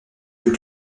plus